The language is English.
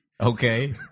okay